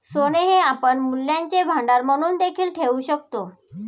सोने हे आपण मूल्यांचे भांडार म्हणून देखील ठेवू शकतो